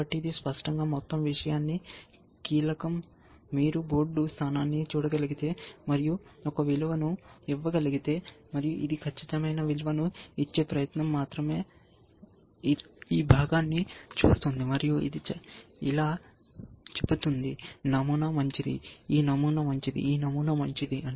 కాబట్టి ఇది స్పష్టంగా మొత్తం విషయానికి కీలకం మీరు బోర్డు స్థానాన్ని చూడగలిగితే మరియు ఒక విలువను ఇవ్వగలిగితే మరియు ఇది ఖచ్చితమైన విలువను ఇచ్చే ప్రయత్నం మాత్రమే ఇది ఈ భాగాన్ని చూస్తోంది మరియు ఇది ఇలా చెబుతుంది నమూనా మంచిది ఈ నమూనా మంచిది ఈ నమూనా మంచిది